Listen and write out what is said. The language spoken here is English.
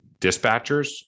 dispatchers